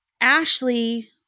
Ashley